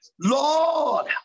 Lord